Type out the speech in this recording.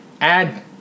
add